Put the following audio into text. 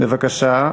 בבקשה.